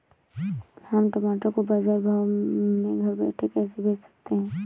हम टमाटर को बाजार भाव में घर बैठे कैसे बेच सकते हैं?